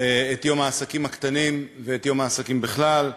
את יום העסקים הקטנים ואת יום העסקים בכלל,